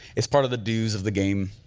it's part of the do's of the game,